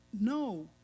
no